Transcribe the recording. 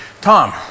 Tom